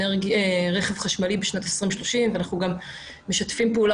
רכב חשמלי בשנת 2030 ואנחנו גם משתפים פעולה,